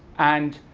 and